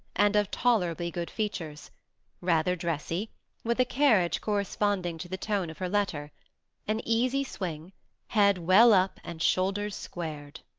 and of tolerably good features rather dressy with a carriage corresponding to the tone of her letter an easy swing head well up and shoulders squared.